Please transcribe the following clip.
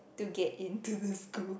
to get into the school